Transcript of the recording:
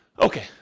Okay